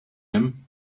him